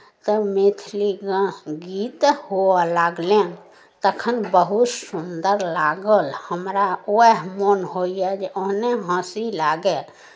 तब मैथिली गा गीत हुअ लगलनि तखन बहुत सुन्दर लागल हमरा उएह मोन होइए जे ओहने हँसी लागए